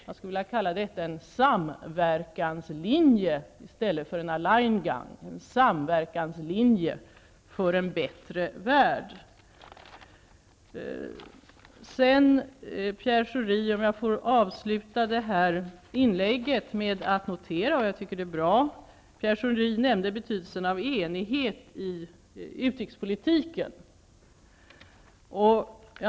Jag skulle vilja kalla detta en samverkanslinje, i stället för Alleingang, för en bättre värld. Pierre Schori nämnde betydelsen av enighet i utrikespolitiken, och det var bra.